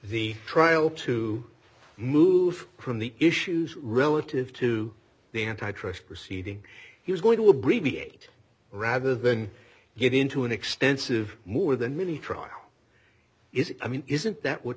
the trial to move from the issues relative to the antitrust proceeding he was going to abbreviate rather than get into an extensive more than merely trial is i mean isn't that what